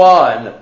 one